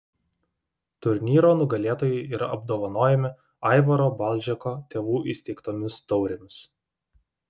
turnyro nugalėtojai yra apdovanojami aivaro balžeko tėvų įsteigtomis taurėmis